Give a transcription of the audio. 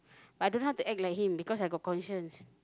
I don't know how to act like him because I got conscience